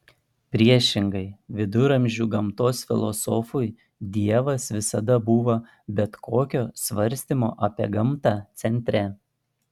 priešingai viduramžių gamtos filosofui dievas visada buvo bet kokio svarstymo apie gamtą centre